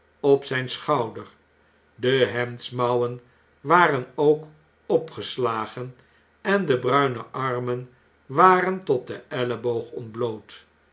op zijn schouder de hemdsmouwen waren ook opgeslagen en de bruine armen waren tot den eileboog ontbloot